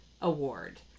Award